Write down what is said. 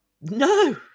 No